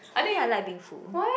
I think I like being full